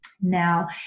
Now